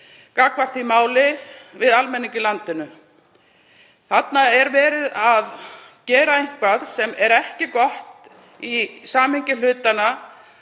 gagnvart því við almenning í landinu. Þarna er verið að gera eitthvað sem er ekki gott í samhengi hlutanna.